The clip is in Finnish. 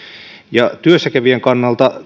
ja työssäkävijän kannalta